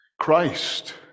Christ